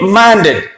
minded